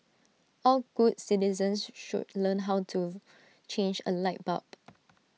all good citizens should learn how to change A light bulb